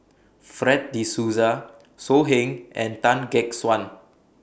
Fred De Souza So Heng and Tan Gek Suan